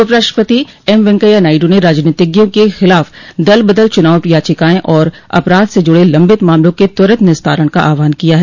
उपराष्ट्रपति एम वेंकैया नायडू ने राजनीतिज्ञों के खिलाफ दल बदल चुनाव याचिकाओं और अपराध से जुड़े लंबित मामलों के त्वरित निस्तारण का आह्वान किया है